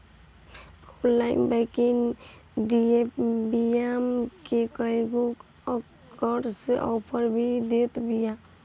online banking ईबीमा के कईगो आकर्षक आफर भी देत बिया